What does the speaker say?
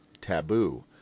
taboo